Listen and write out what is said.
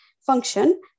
function